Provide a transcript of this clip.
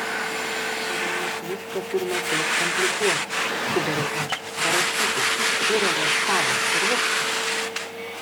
kodėl mes viską turime taip komplikuoti subariau aš parašykit fiurerio štabas ir viskas